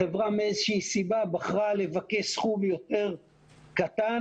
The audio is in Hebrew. החברה מאיזה סיבה בחרה לבקש סכום יותר קטן.